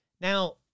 Now